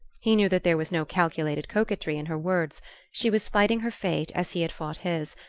he knew that there was no calculated coquetry in her words she was fighting her fate as he had fought his,